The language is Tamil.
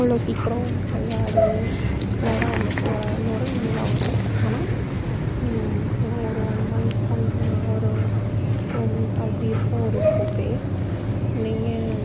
அவ்வளோ சீக்கிரம் கரையாது நொரை அவ்வளோக்கு வரா நொரையும் நல்லா வரும் ஆனால் நீங்க ஒரு ஒன் மந்த் ஒரு டூ மந்த் அப்படி இருக்கும் ஒரு சோப்பே நீங்கள்